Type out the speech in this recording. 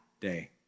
day